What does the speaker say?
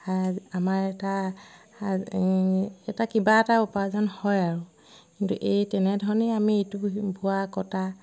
আ আমাৰ এটা এটা কিবা এটা উপাৰ্জন হয় আৰু কিন্তু এই তেনেধৰণেই আমি এইটো বোৱা কটা